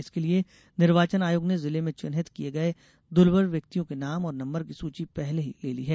इसके लिए निर्वाचन आयोग ने जिले में चिह्नित किए गए दूर्बल व्यक्तियों के नाम और नंबर की सूची पहले ही ले ली है